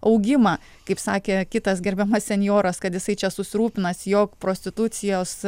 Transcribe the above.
augimą kaip sakė kitas gerbiamas senjoras kad jisai čia susirūpinęs jog prostitucijos